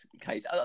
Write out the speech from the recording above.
case